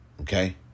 Okay